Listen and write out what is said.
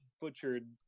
butchered